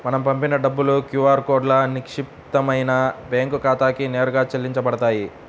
మనం పంపిన డబ్బులు క్యూ ఆర్ కోడ్లో నిక్షిప్తమైన బ్యేంకు ఖాతాకి నేరుగా చెల్లించబడతాయి